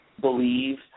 believe